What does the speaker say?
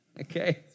Okay